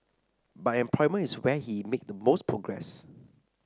but employment is where he's made the most progress